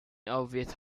obvious